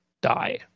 die